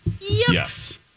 Yes